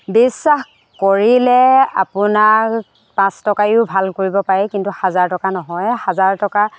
বিশ্বাস কৰিলে আপোনাক পাঁচ টকাইও ভাল কৰিব পাৰে কিন্তু হাজাৰ টকা নহয় হাজাৰ টকা